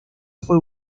fue